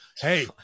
hey